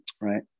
Right